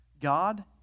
God